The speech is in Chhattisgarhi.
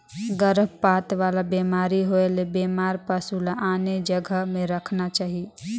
गरभपात वाला बेमारी होयले बेमार पसु ल आने जघा में रखना चाही